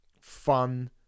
fun